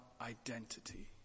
identity